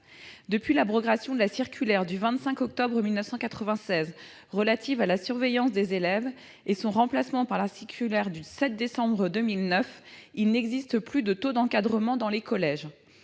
Depuis l'abrogation de la circulaire du 25 octobre 1996 relative à la surveillance des élèves et son remplacement par la circulaire du 7 décembre 2009, il n'existe plus de taux d'encadrement dans les collèges.